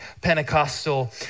Pentecostal